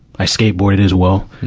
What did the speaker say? i skateboarded as well.